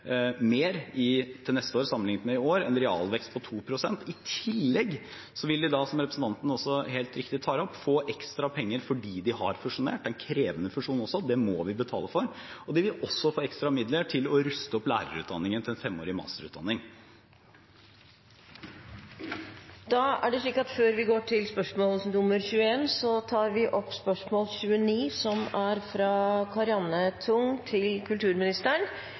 til neste år sammenlignet med i år – en realvekst på 2 pst. I tillegg vil de, som representanten også helt riktig tar opp, få ekstra penger fordi de har fusjonert – en krevende fusjon også, og det må vi betale for. De vil også få ekstra midler til å ruste opp lærerutdanningen til en femårig masterutdanning. Vi går da til spørsmål 29. Dette spørsmålet, fra representanten Karianne O. Tung til kulturministeren, besvares av kunnskapsministeren på vegne av kulturministeren, som er